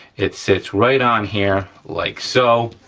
it sits right on here like so,